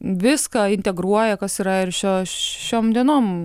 viską integruoja kas yra ir šio šiom dienom